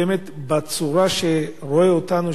בצורה שהוא רואה אותנו,